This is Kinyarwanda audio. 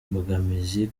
imbogamizi